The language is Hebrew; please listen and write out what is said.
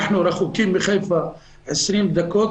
אנחנו רחוקים מחיפה 20 דקות,